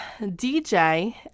DJ